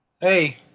Hey